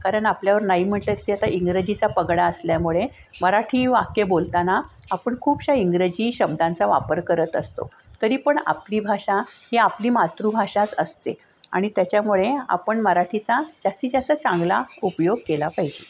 कारण आपल्यावर नाही म्हटलं तरी आता इंग्रजीचा पगडा असल्यामुळे मराठी वाक्य बोलताना आपण खूप अशा इंग्रजी शब्दांचा वापर करत असतो तरी पण आपली भाषा ही आपली मातृभाषाच असते आणि त्याच्यामुळे आपण मराठीचा जास्तीत जास्त चांगला उपयोग केला पाहिजे